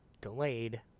delayed